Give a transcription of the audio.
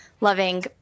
loving